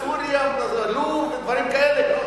סוריה, לוב, דברים כאלה.